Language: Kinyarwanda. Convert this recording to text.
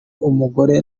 umugore